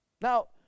Now